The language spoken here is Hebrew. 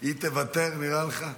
היא תוותר, נראה לך?